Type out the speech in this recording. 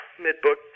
mid-book